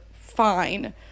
fine